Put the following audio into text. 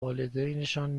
والدینشان